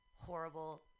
horrible